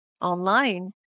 online